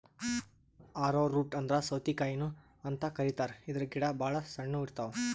ಆರೊ root ಅಂದ್ರ ಸೌತಿಕಾಯಿನು ಅಂತ್ ಕರಿತಾರ್ ಇದ್ರ್ ಗಿಡ ಭಾಳ್ ಸಣ್ಣು ಇರ್ತವ್